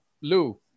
lou